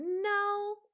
No